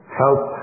help